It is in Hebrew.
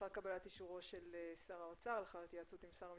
לאחר קבלת אישורו של שר האוצר ולאחר התייעצות עם שר המשפטים,